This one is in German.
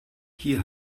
hier